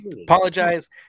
apologize